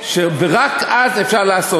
זה הופך את זה ליותר חוקתי?